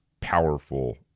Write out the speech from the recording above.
powerful